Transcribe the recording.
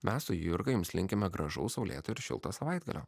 mes su jurga jums linkime gražaus saulėto ir šilto savaitgalio